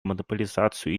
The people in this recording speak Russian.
монополизацию